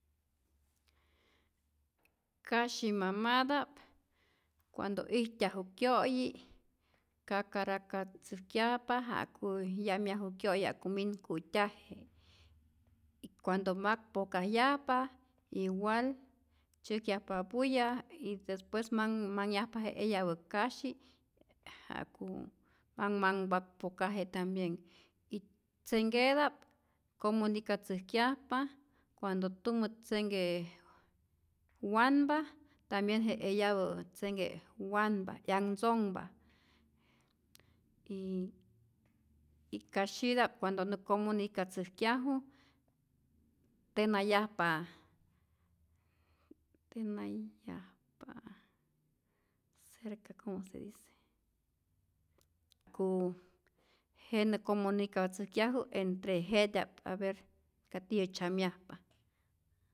Kasyi mamata'p cuando ijtyaju kyo'yi cacaracatzäjkyajpa ja'ku yajyaju kyo'yi ja'ku min ku'tyaje, cuando mak pokajyajpa igual tzyäjkyajpa bulla y despues manh manhyajpa je eyapä kasyi ja'ku manh manhpa pokaje tambien y tzenhketa'p comunicatzäjkyajpa cuando tumä tzenhke wanpa tambien je eyapä tzenhke wanpa 'yanhtzonhpa, y y kasyita'p cuando nä comunicatzäjkyaju tenayajpa tenayajpa pa ceerca como se dice wa'ku jenä comunicatzäjkyaju entre jetya'p haber ka tiyä tzyamyajpa.